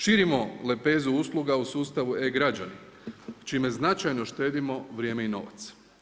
Širimo lepezu usluga u sustavu e-građani, čime značajno štedimo vrijeme i novac.